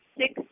six